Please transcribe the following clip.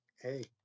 hey